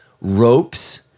Ropes